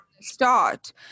start